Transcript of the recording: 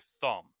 thumb